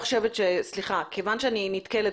כיוון שאני נתקלת,